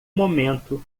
momento